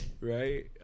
Right